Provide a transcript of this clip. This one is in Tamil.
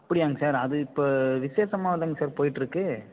அப்படியாங்க சார் அது இப்போ விஷேசமாவுலங்க சார் போயிட்டிருக்கு